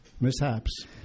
mishaps